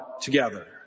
together